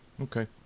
okay